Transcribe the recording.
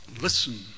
listen